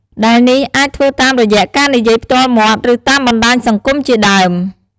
ដែលនេះអាចធ្វើតាមរយៈការនិយាយផ្ទាល់មាត់ ឬតាមបណ្ដាញសង្គមជាដើម។